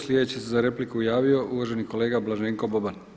Sljedeći se za repliku javio uvaženi kolega Blaženko Boban.